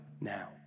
now